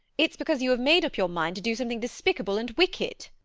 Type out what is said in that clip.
it's because you have made up your mind to do something despicable and wicked.